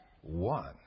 One